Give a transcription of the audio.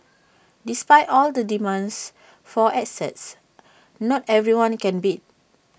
despite all the demands for assets not everyone can bid